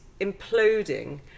imploding